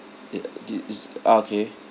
is ah okay